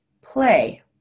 play